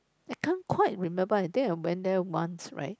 I can't quite remember I think I went there once right